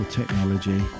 technology